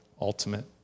Ultimate